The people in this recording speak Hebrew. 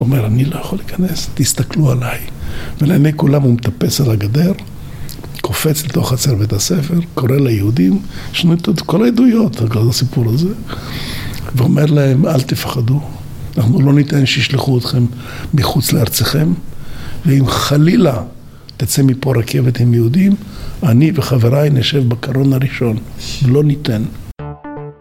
הוא אומר, אני לא יכול להיכנס, תסתכלו עליי. ולעיניי כולם הוא מטפס על הגדר, קופץ לתוך חצר בית הספר, קורא ליהודים, יש לנו את כל העדויות על סיפור הזה, ואומר להם, אל תפחדו, אנחנו לא ניתן שישלחו אתכם מחוץ לארציכם, ואם חלילה תצא מפה רכבת עם יהודים, אני וחבריי נשב בקרון הראשון. לא ניתן.